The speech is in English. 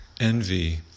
envy